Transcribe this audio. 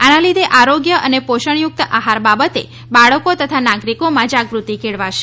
આના લીધે આરોગ્ય અને પૌષણયુક્ત આહાર બાબતે બાળકો તથા નાગરિકોમાં જાગૃતિ કેળવાશે